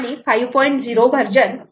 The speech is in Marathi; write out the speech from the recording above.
0 वर्जन बद्दलच बोलत आहे